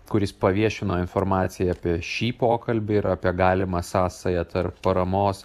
kuris paviešino informaciją apie šį pokalbį ir apie galimą sąsają tarp paramos